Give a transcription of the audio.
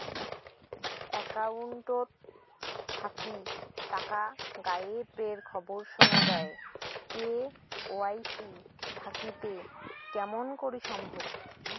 Account থাকি টাকা গায়েব এর খবর সুনা যায় কে.ওয়াই.সি থাকিতে কেমন করি সম্ভব?